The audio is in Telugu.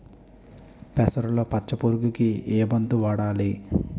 పెసరలో పచ్చ పురుగుకి ఏ మందు వాడాలి?